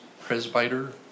presbyter